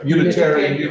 Unitarian